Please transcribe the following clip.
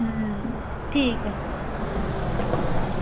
अं ठीक ऐ